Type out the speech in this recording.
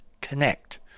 connect